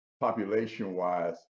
population-wise